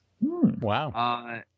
wow